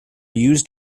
used